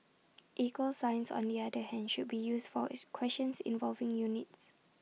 equal signs on the other hand should be used for as questions involving units